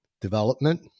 development